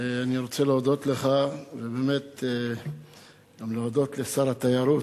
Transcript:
אני רוצה להודות לך, ובאמת גם להודות לשר התיירות.